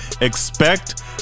expect